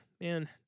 man